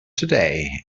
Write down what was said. today